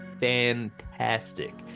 fantastic